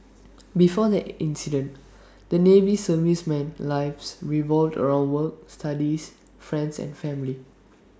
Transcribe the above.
before the incident the navy serviceman's life revolved around work studies friends and family